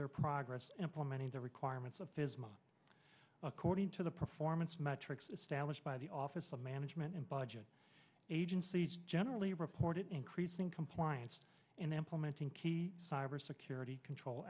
their progress implementing the requirements of his money according to the performance metrics established by the office of management and budget agency's generally reported increasing compliance in implementing key cybersecurity control